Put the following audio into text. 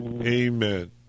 Amen